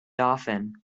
often